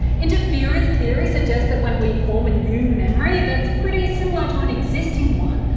interference theory suggests that when we form a new memories that's pretty similar to an existing one,